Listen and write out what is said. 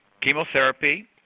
Chemotherapy